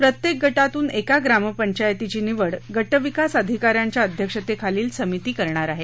प्रत्येक ग मून एका ग्रामपंचायतीची निवड ग विकास अधिकाऱ्यांच्या अध्यक्षतेखालील समिती करणार आहे